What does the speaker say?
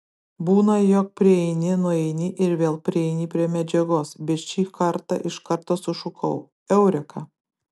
būna jog prieini nueini ir vėl prieini prie medžiagos bet šį kartą iš karto sušukau eureka